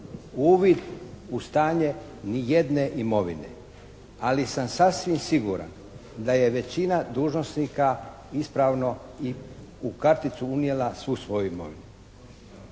uvid u stanje ni jedne imovine, ali sam sasvim siguran da je većina dužnosnika ispravno i u karticu unijela svu svoju imovinu.